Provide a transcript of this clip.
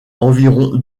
environ